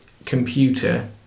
computer